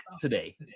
today